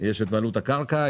יש את עלות הקרקע,